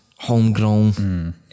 homegrown